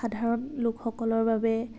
সাধাৰণ লোকসকলৰ বাবে